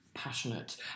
passionate